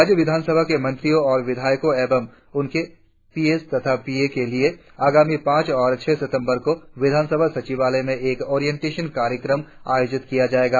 राज्य विधानसभा के मंत्रियों और विधायकों एवं उनके पी एस तथा पी ए के लिए आगामी पांच और छह सितंबर को विधान सचिवालय में एक ओरिएनटेशन कार्यक्रम आयोजित किया जायेगा